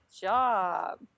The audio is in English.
job